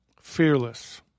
Fearless